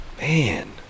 man